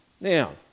Now